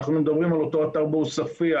אנחנו מדברים על אותו אתר בעוספיה,